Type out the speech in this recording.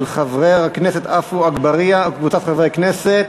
של חברי הכנסת עפו אגבאריה וקבוצת חברי הכנסת.